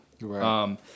Right